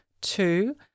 two